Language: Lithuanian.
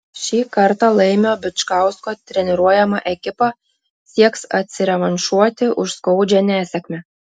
šį kartą laimio bičkausko treniruojama ekipa sieks atsirevanšuoti už skaudžią nesėkmę